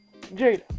Jada